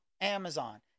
Amazon